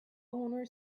owner